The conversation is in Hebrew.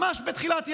ממש בתחילת ינואר.